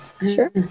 Sure